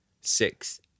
six